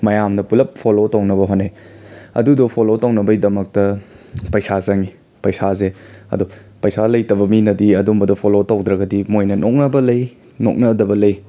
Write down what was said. ꯃꯌꯥꯝꯅ ꯄꯨꯂꯞ ꯐꯣꯂꯣ ꯇꯧꯅꯕ ꯍꯣꯠꯅꯩ ꯑꯗꯨꯗꯣ ꯐꯣꯂꯣ ꯇꯧꯅꯕꯩꯗꯃꯛꯇ ꯄꯩꯁꯥ ꯆꯪꯏ ꯄꯩꯁꯥꯁꯦ ꯑꯗꯣ ꯄꯩꯁꯥ ꯂꯩꯇꯕ ꯃꯤꯅꯗꯤ ꯑꯗꯨꯝꯕꯗꯣ ꯐꯣꯂꯣ ꯇꯧꯗ꯭ꯔꯒꯗꯤ ꯃꯣꯏꯅ ꯅꯣꯛꯅꯕ ꯂꯩ ꯅꯣꯛꯅꯗꯕ ꯂꯩ